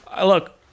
Look